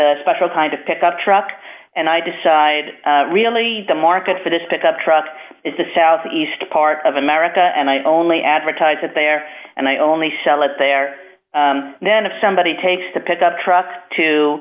a special kind of pickup truck and i decide really the market for this pickup truck is the southeast part of america and i only advertise it there and i only sell it there then if somebody takes the pickup truck to